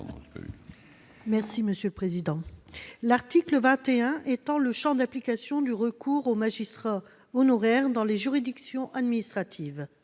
présenter l'amendement n° 23. L'article 21 étend le champ d'application du recours aux magistrats honoraires dans les juridictions administratives.